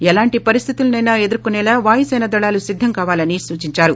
ఎలాంటి పరిస్హితుల సైనా ఎదుర్కోసేలా వాయుసేన దళాలు సిద్దం కావాలని సూచించారు